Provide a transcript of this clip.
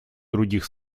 других